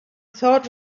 thought